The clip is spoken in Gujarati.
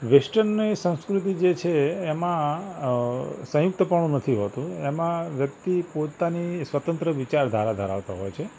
વૅસ્ટર્નની સંસ્કૃતિ જે છે એમાં સંયુક્તપણું નથી હોતું એમાં વ્યક્તિ પોતાની સ્વતંત્ર વિચારધારા ધરાવતો હોય છે